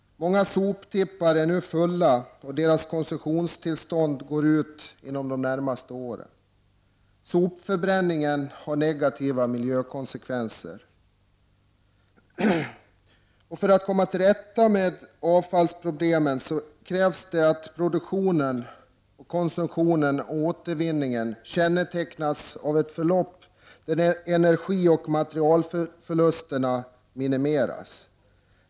Många soptippar är nu fulla, och deras koncessionstillstånd går ut inom de närmaste åren. Sopförbränningen har negativa miljökonsekvenser. För att komma till rätta med avfallsproblemen krävs att produktion, konsumtion och återvinning kännetecknas av ett förlopp där energioch materialförlusterna minimeras.